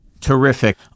Terrific